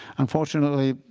unfortunately,